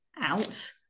out